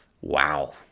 Wow